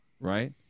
right